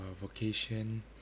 vocation